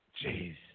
Jeez